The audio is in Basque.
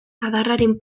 adarraren